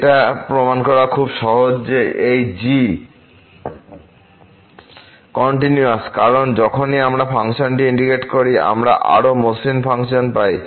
এটা প্রমাণ করা খুব সহজ যে এই g কন্টিনিউয়াস কারণ যখনই আমরা ফাংশনটি ইন্টিগ্রেট করি আমরা আরও মসৃণ ফাংশন পাই